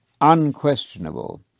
unquestionable